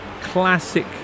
classic